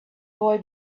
boy